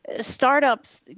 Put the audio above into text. startups